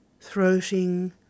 throating